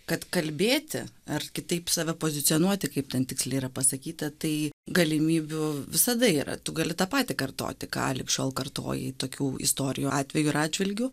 kad kalbėti ar kitaip save pozicionuoti kaip ten tiksliai yra pasakyta tai galimybių visada yra tu gali tą patį kartoti ką lig šiol kartojai tokių istorijų atveju ir atžvilgiu